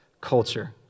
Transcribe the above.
culture